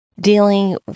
Dealing